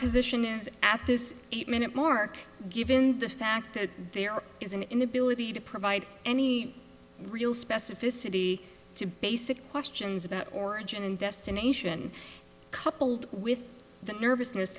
position is at this minute mark given the fact that there is an inability to provide any real specificity to basic questions about origin and destination coupled with the nervousness